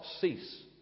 cease